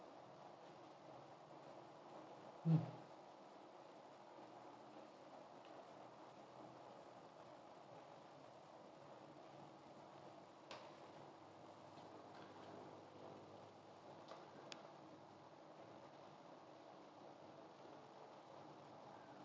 mm